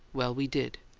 well, we did.